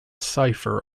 cipher